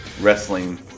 wrestling